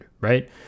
right